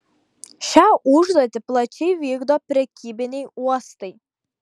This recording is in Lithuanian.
šią užduotį plačiai vykdo prekybiniai uostai